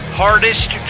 hardest